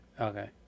Okay